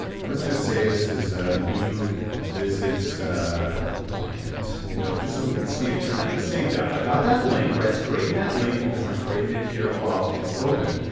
and let's just say this is a new visit client note just so we can see it there. i'm gonna say done. i've got that link, it's creating that link because i'm creating it here while it's open.